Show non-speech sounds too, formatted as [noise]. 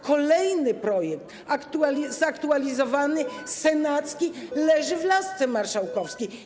Kolejny projekt, [noise] zaktualizowany, senacki, leży w lasce marszałkowskiej.